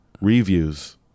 Reviews